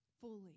fully